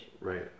Right